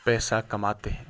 پیسہ کماتے ہے